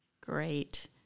Great